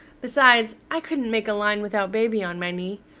besides, i couldn't make a line without baby on my knee.